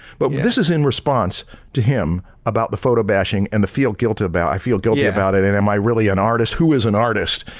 but this is in response to him about the photo bashing and the feel guilt about, i feel guilty about it and am i really an artist, who is an artist.